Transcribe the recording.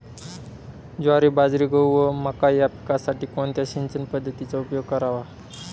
ज्वारी, बाजरी, गहू व मका या पिकांसाठी कोणत्या सिंचन पद्धतीचा उपयोग करावा?